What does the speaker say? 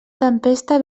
tempesta